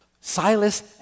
Silas